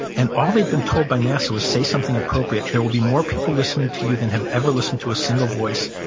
and all they've been told by nasa was, say something appropriate. there will be more people listening to you than have ever listened a single voice,